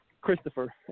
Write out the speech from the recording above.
Christopher